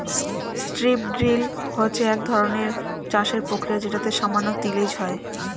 strip drill হচ্ছে একধরনের চাষের প্রক্রিয়া যেটাতে সামান্য তিলেজ হয়